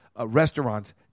restaurants